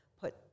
put